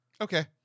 Okay